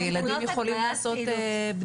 הרי ילדים יכולים לעשות בדיקות.